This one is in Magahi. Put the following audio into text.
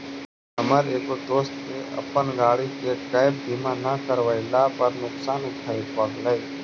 हमर एगो दोस्त के अपन गाड़ी के गैप बीमा न करवयला पर नुकसान उठाबे पड़लई